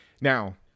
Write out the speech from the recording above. Now